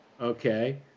okay